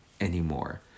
anymore